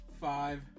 five